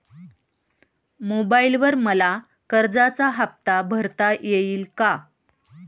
मोबाइलवर मला कर्जाचा हफ्ता भरता येईल का?